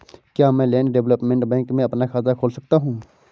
क्या मैं land development bank में अपना खाता खोल सकता हूँ?